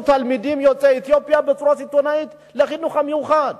תלמידים יוצאי אתיופיה בצורה סיטונית לחינוך המיוחד.